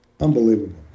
unbelievable